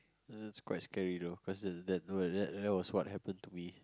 that's quite scary though cause there's that was what happpened to me